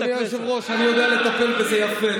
שנייה, אדוני היושב-ראש, אני יודע לטפל בזה יפה.